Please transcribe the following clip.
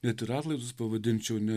net ir atlaidus pavadinčiau net